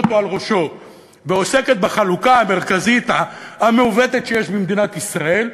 אותו על ראשו ועוסקת בחלוקה המרכזית המעוותת שיש במדינת ישראל,